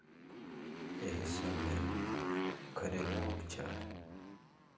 यही सब है घरेलू उपचार